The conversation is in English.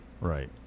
Right